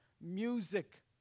music